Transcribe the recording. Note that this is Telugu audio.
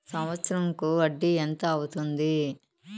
సంవత్సరం కు వడ్డీ ఎంత అవుతుంది?